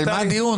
רק על מה הדיון?